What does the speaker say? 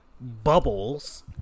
bubbles